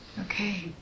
Okay